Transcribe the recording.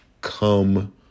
Come